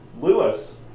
Lewis